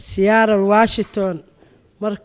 seattle washington well